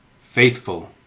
faithful